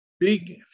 big